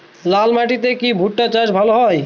লাল মাটিতে কি ভুট্টা চাষ ভালো হয়?